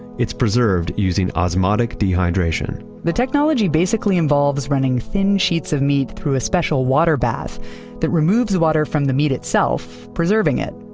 it's preserved using osmotic dehydration the technology basically involves running thin sheets of meat through a special water bath that removes the water from the meat itself, preserving it.